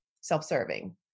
self-serving